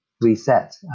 reset